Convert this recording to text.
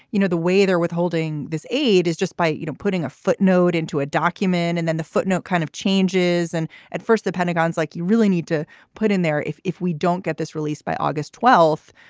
you know, the way they're withholding this aid is just by, you know, putting a footnote into a document. and then the footnote kind of changes. and at first the pentagon's like you really need to put in there. if if we don't get this released by august twelfth,